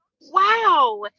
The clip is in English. wow